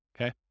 okay